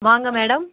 வாங்க மேடம்